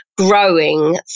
growing